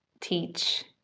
teach